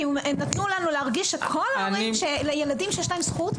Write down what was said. כי הם נתנו לנו להרגיש שלילדים שיש להם זכות,